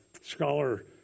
scholar